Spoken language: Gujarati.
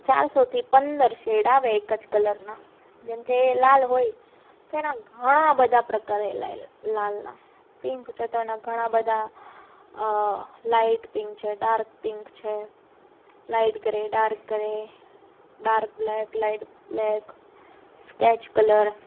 ચારસોથી પંદર શેડ આવે એક જ કલરના જેમકે લાલ હોય તો એના ઘણા બધા પ્રકાર લાલના પિન્ક છે તો એના ઘણા બધા લાઈટ પિન્ક છે ડાર્ક પિન્ક છે light grey dark grey dark black light black sketch colour